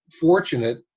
fortunate